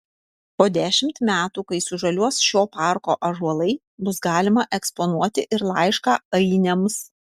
po dešimt metų kai sužaliuos šio parko ąžuolai bus galima eksponuoti ir laišką ainiams